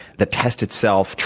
the test itself,